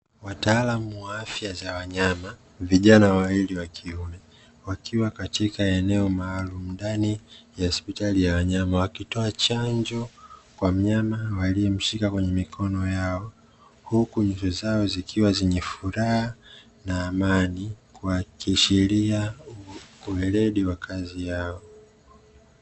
Wataalamu wa afya za wanyama, vijana wawili wakiume wakiwa katika eneo maalumu ndani ya hospitali ya wanyama wakitoa chanjo kwa mnyama waliyemshika kwenye mikono yao, huku nyuso zao zikiwa zenye furaha na amani kuashiria weledi wa kazi yao.